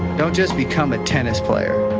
don't just become a tennis player,